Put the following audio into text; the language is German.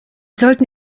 sollten